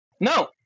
No